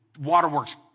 waterworks